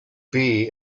bee